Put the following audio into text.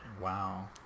wow